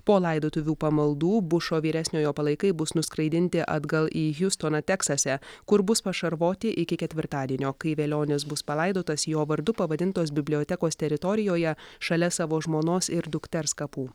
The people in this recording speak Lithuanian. po laidotuvių pamaldų bušo vyresniojo palaikai bus nuskraidinti atgal į hiustoną teksase kur bus pašarvoti iki ketvirtadienio kai velionis bus palaidotas jo vardu pavadintos bibliotekos teritorijoje šalia savo žmonos ir dukters kapų